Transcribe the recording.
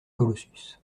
colossus